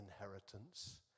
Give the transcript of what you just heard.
inheritance